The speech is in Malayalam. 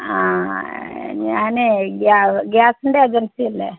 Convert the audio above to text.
ആ ഞാനേ ഗ്യാ ഗ്യാസിൻ്റെ ഏജൻസി അല്ലേ